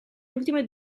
ultime